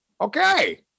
Okay